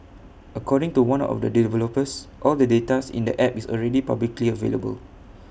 according to one of the developers all the data in the app is already publicly available